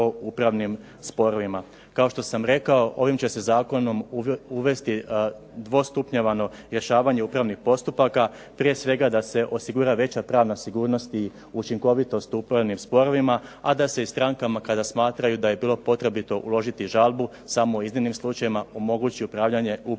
prijedloga Zakona o upravnim sporovima. Kao što sam rekao ovim će se zakonom uvesti dvostupnjevano rješavanje upravnih postupaka. Prije svega da se osigura veća pravna sigurnost i učinkovitost u upravnim sporovima, a da se i strankama kada smatraju da bi bilo potrebito uložiti žalbu samo u iznimnim slučajevima omogući ulaganje žalbe